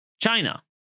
China